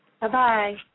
Bye-bye